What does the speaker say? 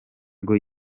ngo